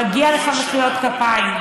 מגיע לך מחיאות כפיים,